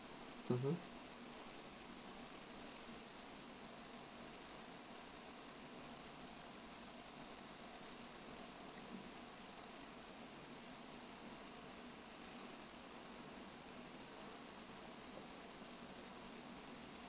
mmhmm